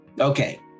Okay